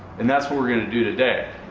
and that's what we're gonna do today.